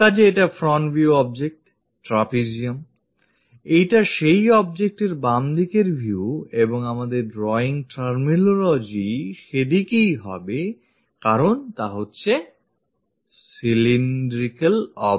কাজেই এটা front view object trapezium এইটা সেই object এর বামদিকের view এবং আমাদের drawing terminology সেদিকেই হবে কারণ তা হচ্ছে cylindrical object